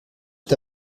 est